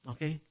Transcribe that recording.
Okay